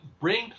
bring